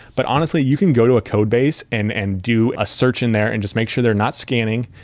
but honestly, you can go to a codebase and and do a search in there and just make sure they're not scanning.